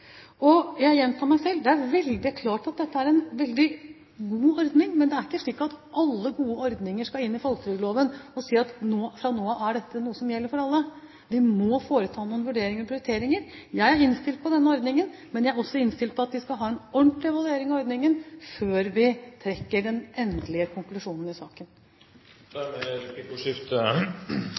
Jeg gjentar meg selv: Det er klart at dette er en veldig god ordning, men det er ikke slik at alle gode ordninger skal inn i folketrygdloven, og at man kan si at fra nå av er dette noe som gjelder for alle. Vi må foreta noen vurderinger og prioriteringer. Jeg er innstilt på denne ordningen, men jeg er også innstilt på at vi skal ha en ordentlig evaluering av ordningen før vi trekker den endelige konklusjonen i saken. Replikkordskiftet er